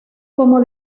como